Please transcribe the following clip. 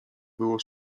było